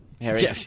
Harry